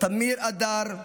תמיר אדר,